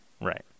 Right